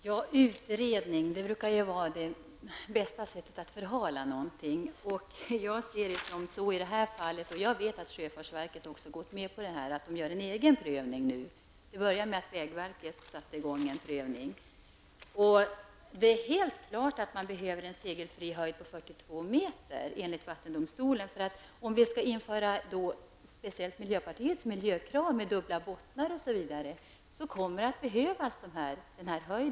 Herr talman! En utredning brukar ju vara det bästa sättet att förhala någonting. Jag ser det så i det här fallet. Jag vet också att sjöfartsverket gått med på att göra en egen prövning. Det började med att vägverket satte i gång en prövning. Det är enligt vattendomstolen helt klart att man behöver en segelfri höjd om 42 m. Om man skulle tillgodose speciellt miljöpartiets miljökrav, med dubbla bottnar osv., kommer denna segelfria höjd att behövas.